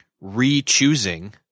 re-choosing